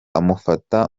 amufata